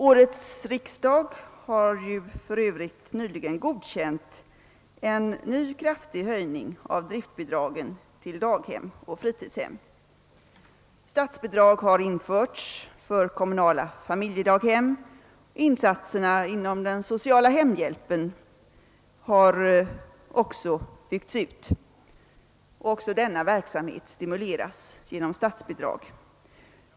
Årets riksdag har ju för övrigt nyligen godkänt ett förslag om en ny kraftig höjning av driftbidragen till daghem och fritidshem. Statsbidrag har införts för kommunala famil jedaghem. Insatserna inom den sociala hemhjälpen har också byggts ut; även denna verksamhet stimuleras genom statsbidrag.